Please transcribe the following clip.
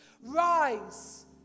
Rise